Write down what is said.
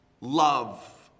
love